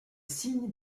signe